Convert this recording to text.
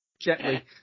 Gently